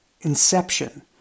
Inception